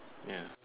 ya